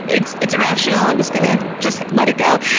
it's it's irrational. i'm just going to just let it go.